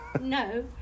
no